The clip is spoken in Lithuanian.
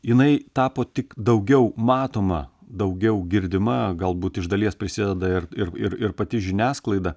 jinai tapo tik daugiau matoma daugiau girdima galbūt iš dalies prisideda ir ir ir ir pati žiniasklaida